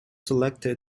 selected